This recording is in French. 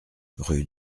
rue